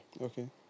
Okay